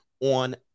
on